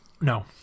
No